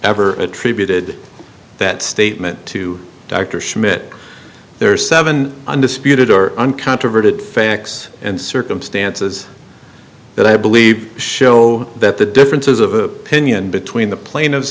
ever attributed that statement to dr schmidt there are seven undisputed or uncontroverted facts and circumstances that i believe show that the differences of opinion between the plane of